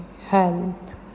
health